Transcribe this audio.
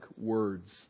words